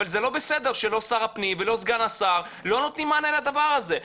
אבל זה לא בסדר שלא שר הפנים ולא סגן השר לא נותנים מענה לדבר הזה.